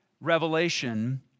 revelation